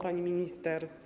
Pani Minister!